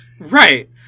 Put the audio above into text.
right